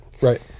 Right